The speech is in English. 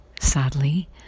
Sadly